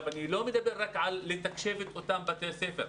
אני לא מדבר רק על תקשוב אותם בתי הספר.